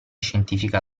scientifica